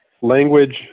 language